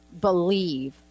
believe